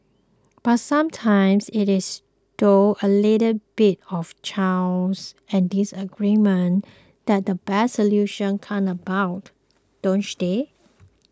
but sometimes it is through a little bit of chaos and disagreement that the best solutions come about don't they